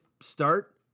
start